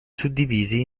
suddivisi